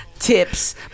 Tips